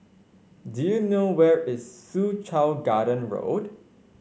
do you know where is Soo Chow Garden Road